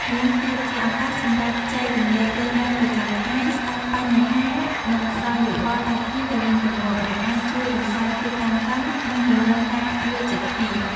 ម្យ៉ាងទៀត ជាឱកាសសម្រាប់ចែករំលែករឿងរ៉ាវប្រចាំថ្ងៃ ស្តាប់បញ្ហា និងផ្តល់យោបល់ឲ្យគ្នាទៅវិញទៅមក ដែលអាចជួយរំសាយភាពតានតឹង និងពង្រឹងការយល់ចិត្តគ្នា។